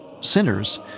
sinners